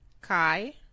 Kai